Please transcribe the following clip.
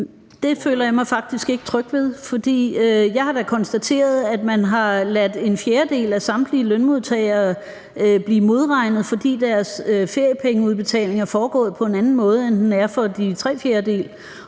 Det føler jeg mig faktisk ikke tryg ved, for jeg har da konstateret, at man har ladet en fjerdedel af samtlige lønmodtagere blive modregnet, fordi deres feriepengeudbetalinger er foregået på en anden måde, end den er for de resterende